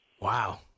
Wow